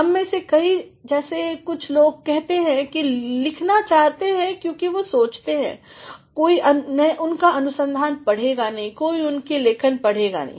हम में से कई जैसा कई लोग कहते हैं नहीं लिखना चाहते हैं क्योंकि वह सोचते हैं कोई उनकी अनुसंधान पढ़ेगा नहीं कोई उनकी लेखन पढ़ेगा नहीं